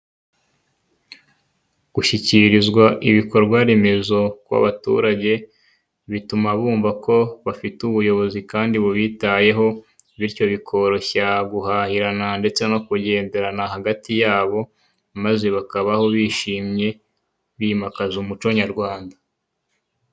Gushyikirizwa ibikorwaremezo kw'abaturage, bituma bumva ko bafite ubuyobozi Kandi bubitayeho, bityo bikoroshya guhahirana ndetse no kugenderana hagati yabo, maze bakabaho bishimye, bikimakaza umuco nyarwanda.